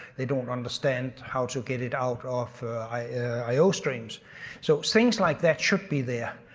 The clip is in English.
they don't understand how to get it out of iostreams so things like that should be there.